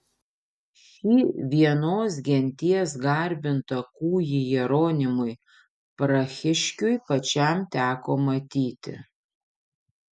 šį vienos genties garbintą kūjį jeronimui prahiškiui pačiam teko matyti